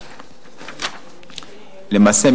למעשה,